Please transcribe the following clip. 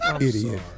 idiot